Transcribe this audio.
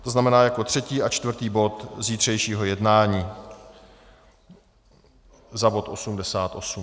To znamená, jako třetí a čtvrtý bod zítřejšího jednání za bod 88.